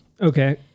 okay